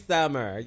Summer